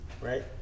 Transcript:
right